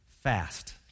fast